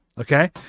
okay